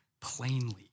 plainly